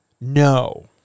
No